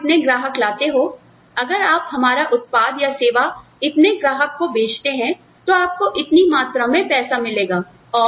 अगर आप इतने ग्राहक लाते हो अगर आप हमारा उत्पाद या सेवा इतने ग्राहक को बेचते हैं तो आपको इतनी मात्रा में पैसा मिलेगा